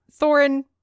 Thorin